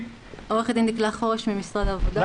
עורכת דין דיקלה חורש, משרד העבודה.